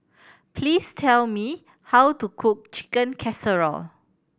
please tell me how to cook Chicken Casserole